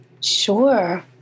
Sure